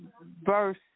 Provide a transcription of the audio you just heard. verse